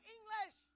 English